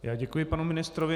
Já děkuji panu ministrovi.